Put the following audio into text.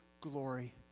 glory